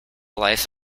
life